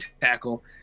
tackle